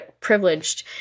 privileged